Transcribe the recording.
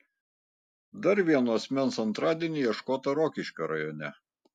dar vieno asmens antradienį ieškota rokiškio rajone